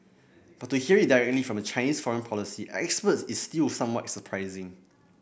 but to hear it directly from a Chinese foreign policy expert is still somewhat surprising